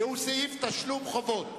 שהוא סעיף תשלום חובות.